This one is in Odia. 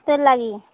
ତୋର ଲାଗି